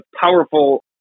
powerful